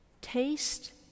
taste